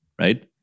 right